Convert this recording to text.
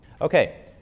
Okay